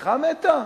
אשתך מתה?